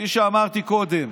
כפי שאמרתי קודם,